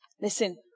Listen